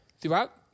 throughout